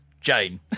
Jane